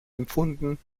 empfunden